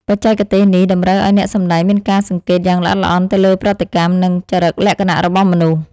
បច្ចេកទេសនេះតម្រូវឱ្យអ្នកសម្តែងមានការសង្កេតយ៉ាងល្អិតល្អន់ទៅលើប្រតិកម្ម និង ចរិតលក្ខណៈរបស់មនុស្ស។